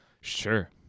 Sure